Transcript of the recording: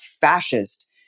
fascist